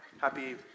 Happy